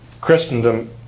Christendom